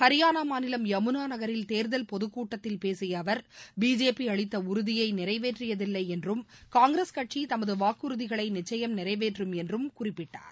ஹரியானா மாநிலம் யமுனா நகரில் தேர்தல் பொதுக் கூட்டத்தில் பேசிய அவர் பிஜேபி அளித்த உறுதியை நிறைவேற்றியதில்லை என்றும் காங்கிரஸ் கட்சி தமது வாக்குதிகளை நிச்சுயம் நிறைவேற்றும் என்றும் அவர் குறிப்பிட்டார்